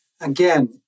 Again